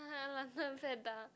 London Fat Duck